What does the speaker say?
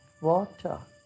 water